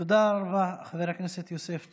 תודה רבה, חבר הכנסת יוסף טייב.